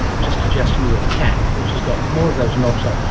ah just adjusting your cap which has got more of those knobs on.